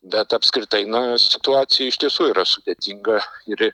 bet apskritai na situacija iš tiesų yra sudėtinga ir